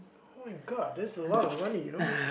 oh-my-god that's a lot of money you know